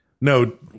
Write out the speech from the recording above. No